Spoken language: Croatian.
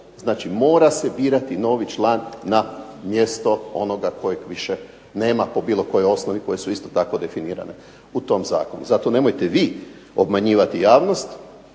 Znači, mora se birati novi član na mjesto onoga kojeg više nema po bilo kojoj osnovi koje su isto tako definirane u tom zakonu. Zato nemojte vi obmanjivati javnost,